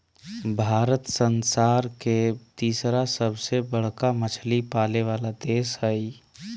भारत संसार के तिसरा सबसे बडका मछली पाले वाला देश हइ